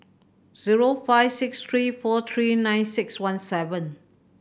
zero five six three four three nine six one seven